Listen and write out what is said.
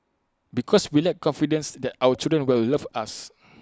because we lack confidence that our children will love us